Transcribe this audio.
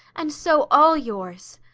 and so all yours.